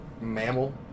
mammal